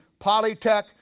Polytech